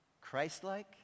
Christ-like